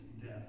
death